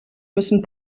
müssen